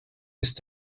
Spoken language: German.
ist